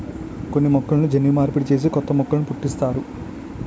కొన్ని మొక్కలను జన్యు మార్పిడి చేసి కొత్త మొక్కలు పుట్టిస్తారు